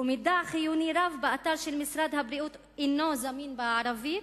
מידע חיוני רב באתר של משרד הבריאות אינו זמין בערבית.